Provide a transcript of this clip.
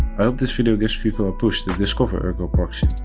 i hope this video gives people a push to discover ergo proxy,